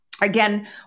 Again